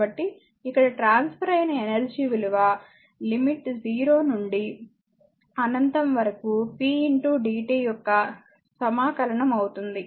కాబట్టి ఇక్కడ ట్రాన్స్ఫర్ అయిన ఎనర్జీ విలువ లిమిట్ 0 నుండి అనంతం వరకు p dt యొక్క సమాకలనం అవుతుంది